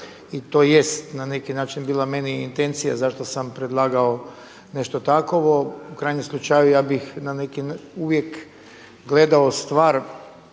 I to jest na neki način bila meni intencija zašto sam predlagao nešto takovo. U krajnjem slučaju ja bih na neki, uvijek gledao stvar